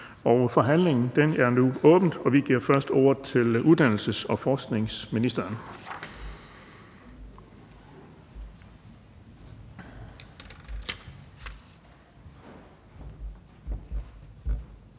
Forhandlingen er åbnet, og vi giver først ordet til uddannelses- og forskningsministeren.